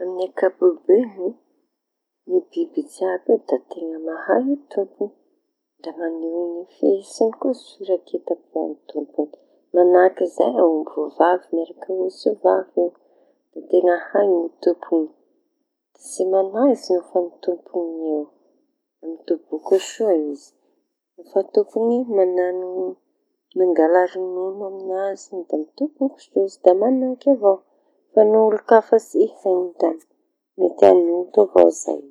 Amin'ny ankapobeñy ny biby jiaby da tena mahay ny tompoñy. Da maneho fihetsem-po ko sy firaketam-po amin'ny tompoñy. Manahaky zay aomby vavy miaraky aosy vavy io da tena haiñy tompoñy. Tsy mañahy izy refa ny tompony iñy no eo da mitoboky soa izy. No fa tompoñy iñy manano- mangala roñono amin'azy iñy da mitoboky soa izy, da mañeky avao. Fa no olo-kafa tsy haiñy da mety hanoto avao izy.